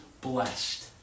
blessed